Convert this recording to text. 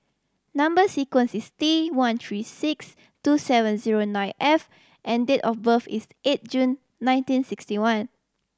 number sequence is T one three six two seven zero nine F and date of birth is eight June nineteen sixty one